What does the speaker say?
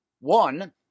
one